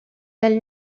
elle